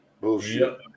bullshit